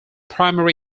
primary